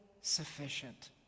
sufficient